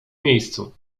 miejscu